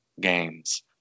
games